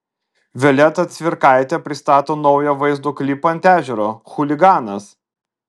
violeta cvirkaitė pristato naują vaizdo klipą ant ežero chuliganas